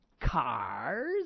cars